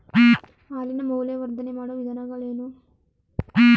ಹಾಲಿನ ಮೌಲ್ಯವರ್ಧನೆ ಮಾಡುವ ವಿಧಾನಗಳೇನು?